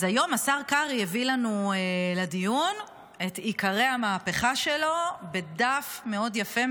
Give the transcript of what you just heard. אז היום השר קרעי הביא לנו לדיון את עיקרי המהפכה שלו בדף מאוד יפה,